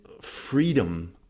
freedom